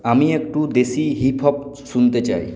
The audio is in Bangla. আমি একটু দেশি হিপ হপ শুনতে চাই